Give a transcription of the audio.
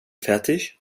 fertig